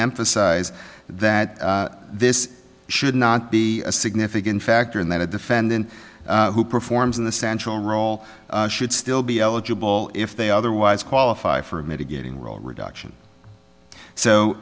emphasize that this should not be a significant factor and that a defendant who performs in the central role should still be eligible if they otherwise qualify for a mitigating role reduction so